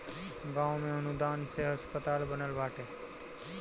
गांव में अनुदान से अस्पताल बनल बाटे